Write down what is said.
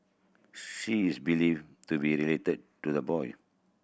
she is believed to be related to the boy